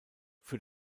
für